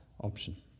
option